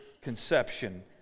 conception